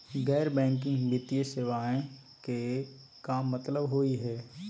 गैर बैंकिंग वित्तीय सेवाएं के का मतलब होई हे?